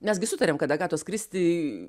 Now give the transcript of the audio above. mes gi sutarėm kad agatos kristi